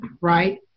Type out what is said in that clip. right